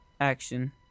action